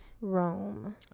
Rome